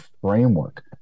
framework